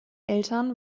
eltern